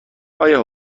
آیا